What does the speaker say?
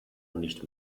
nicht